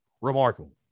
remarkable